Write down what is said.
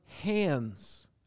hands